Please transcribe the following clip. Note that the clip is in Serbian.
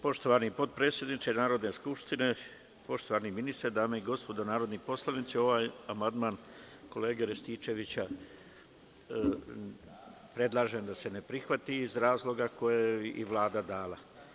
Poštovani potpredsedniče Narodne skupštine, poštovani ministre, dame i gospodo narodni poslanici, ovaj amandman kolege Rističevića predlažem da se ne prihvati iz razloga koje je i Vlada dala.